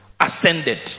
Ascended